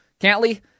Cantley